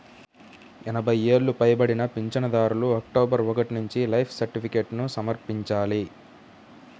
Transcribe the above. ఎనభై ఏళ్లు పైబడిన పింఛనుదారులు అక్టోబరు ఒకటి నుంచి లైఫ్ సర్టిఫికేట్ను సమర్పించాలి